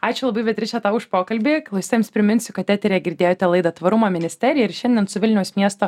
ačiū labai beatriče tau už pokalbį klausytojams priminsiu kad eteryje girdėjote laidą tvarumo ministerija ir šiandien su vilniaus miesto